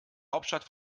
hauptstadt